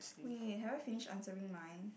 wait have you finish answering mine